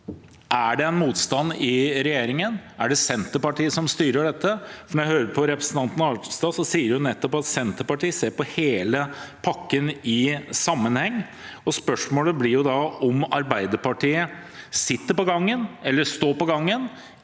Er det en motstand i regjeringen? Er det Senterpartiet som styrer dette? Som jeg hørte det, sa representanten Arnstad nettopp at Senterpartiet ser på hele pakken i sammenheng. Spørsmålet blir da om Arbeiderpartiet står på gangen, eller om vi vil